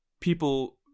people